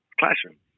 classroom